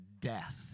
death